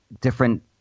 different